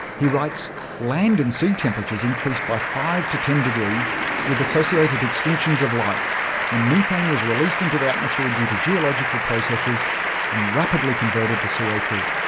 he writes land and sea temperatures increased by five to ten degrees with associated extinctions of life when methane was released into the atmosphere due to geological processes and rapidly converted to co ah two.